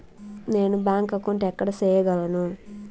నేను bank account ఎక్కడ సేయగలను